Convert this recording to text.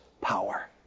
power